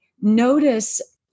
notice